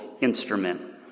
instrument